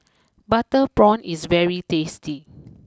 Butter Prawn is very tasty